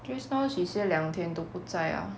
just now she say 两天都不在啊